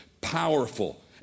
powerful